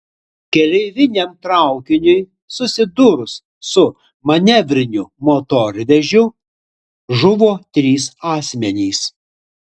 keleiviniam traukiniui susidūrus su manevriniu motorvežiu žuvo trys asmenys